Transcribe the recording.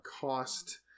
cost